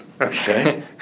Okay